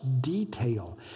detail